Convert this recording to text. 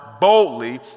boldly